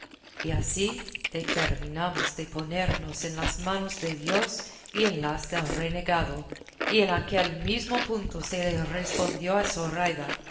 y así determinamos de ponernos en las manos de dios y en las del renegado y en aquel mismo punto se le respondió a zoraida